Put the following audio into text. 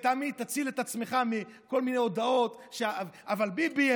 ותציל את עצמך מכל מיני הודעות "אבל ביבי",